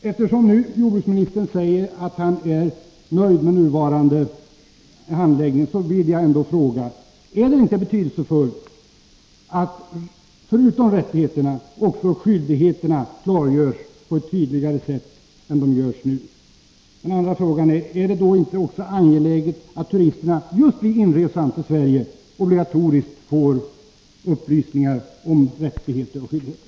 Eftersom jordbruksministern nu säger att han är nöjd med nuvarande handläggning vill jag fråga: Är det inte betydelsefullt att förutom att rättigheterna redovisas också skyldigheterna klargörs på ett tydligare sätt än som nu görs? En annan fråga är: Är det inte angeläget att turisterna just vid inresan till Sverige också obligatoriskt får upplysningar om rättigheter och skyldigheter?